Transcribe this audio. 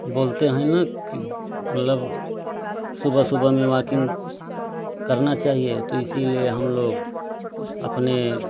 बोलते हैं ना के मतलब सुबह सुबह में वॉकिंग करना चाहिए तो इसीलिए हम लोग अपने